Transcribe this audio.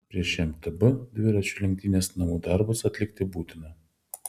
prieš mtb dviračių lenktynes namų darbus atlikti būtina